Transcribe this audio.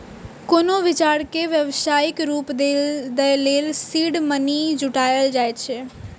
कोनो विचार कें व्यावसायिक रूप दै लेल सीड मनी जुटायल जाए छै